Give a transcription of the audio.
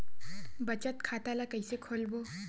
बचत खता ल कइसे खोलबों?